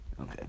Okay